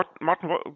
Martin